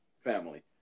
Family